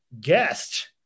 guest